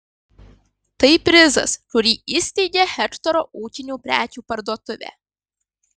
tai prizas kurį įsteigė hektoro ūkinių prekių parduotuvė